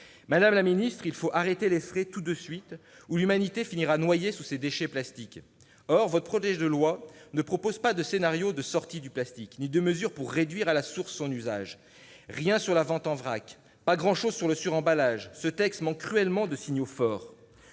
Madame la secrétaire d'État, il faut arrêter les frais tout de suite ou l'humanité finira ensevelie sous ses déchets plastiques. Or votre projet de loi ne propose pas de scénario de sortie du plastique ni de mesures pour réduire à la source son usage. Rien sur la vente en vrac, pas grand-chose sur le suremballage, ce texte manque cruellement de signaux forts